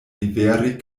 liveri